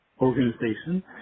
organization